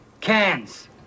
Cans